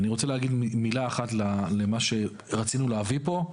אני רוצה להגיד מילה אחת לגבי מה שרצינו להביא פה.